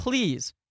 please